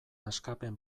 askapen